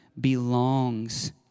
belongs